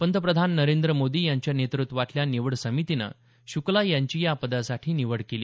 पंतप्रधान नरेंद्र मोदी यांच्या नेतृत्वातल्या निवड समितीनं शुक्ला यांची या पदासाठी निवड केली